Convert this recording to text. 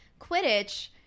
quidditch